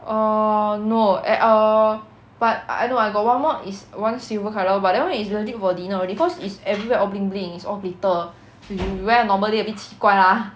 uh no eh err but ah no I got one more is one silver colour [one] but that [one] is really for dinner only cause is everywhere all bling bling is all glitter you wear normally a bit 奇怪 lah